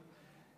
שחקן חיזוק.